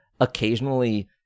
occasionally